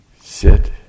sit